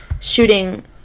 shooting